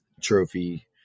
trophy